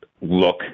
look